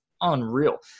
unreal